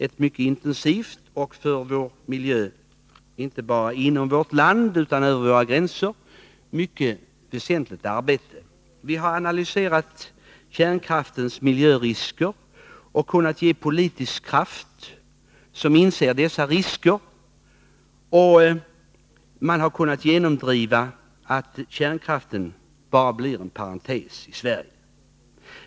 Ett för miljön inte bara inom vårt land utan även utanför våra gränser mycket väsentligt arbete har bedrivits. Vi har analyserat kärnkraftens miljörisker och kunnat ge politisk kraft åt åtgärder som innebär att man inser dessa risker. Man har kunnat genomdriva att kärnkraften bara blir en parentes i Sverige.